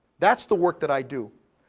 that's the work that i do.